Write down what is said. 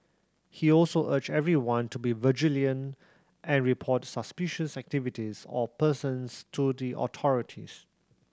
he also urged everyone to be vigilant and report suspicious activities or persons to the authorities